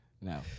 No